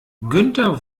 günther